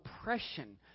oppression